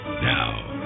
now